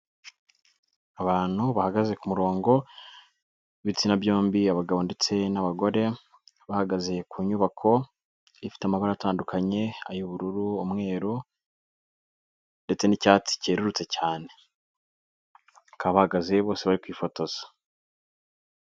Abantu bahagaze ku murongo, ibitsina byombi, abagabo ndetse n'abagore, bahagaze ku nyubako ifite amabara atandukanye, ay'ubururu, umweru ndetse n'icyatsi cyerurutse cyane. Bakaba bahagaze bose bari kwifotoza.